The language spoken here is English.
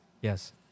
Yes